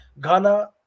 Ghana